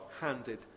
handed